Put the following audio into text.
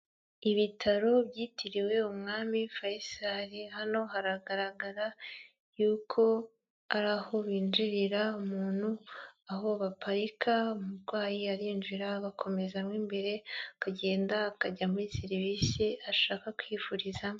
Ibitaro byitiriwe umwami Faisal, hano haragaragara yuko ari aho binjirira umuntu, aho baparika, umurwayi arinjira agakomeza mo imbere akagenda akajya muri serivisi ashaka kwivurizamo.